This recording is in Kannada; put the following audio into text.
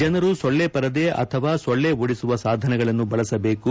ಜನರು ಸೊಳ್ಳೆಪರದೆ ಅಥವಾ ಸೊಳ್ಳೆ ಓಡಿಸುವ ಸಾಧನಗಳನ್ನು ಬಳಸಬೇಕು